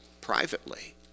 privately